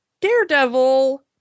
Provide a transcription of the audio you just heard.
Daredevil